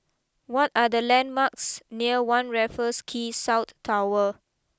what are the landmarks near one Raffles Quay South Tower